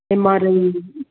M R I